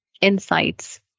insights